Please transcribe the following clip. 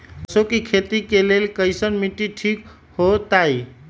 सरसों के खेती के लेल कईसन मिट्टी ठीक हो ताई?